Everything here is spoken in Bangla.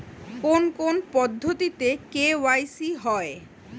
কোন কোন পদ্ধতিতে কে.ওয়াই.সি হয়?